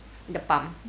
the pump